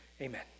Amen